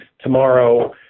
tomorrow